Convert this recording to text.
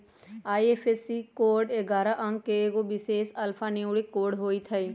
IFSC code ऐगारह अंक के एगो विशेष अल्फान्यूमैरिक कोड होइत हइ